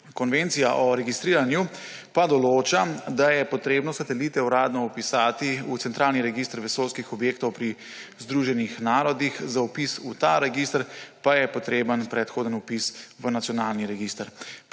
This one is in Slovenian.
Konvencija o registriranju pa določa, da je potrebno satelite uradno vpisati v centralni register vesoljskih objektov pri Združenih narodih, za vpis v ta register pa je potreben predhoden vpis v nacionalni register.